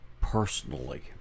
personally